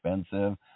expensive